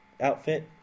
outfit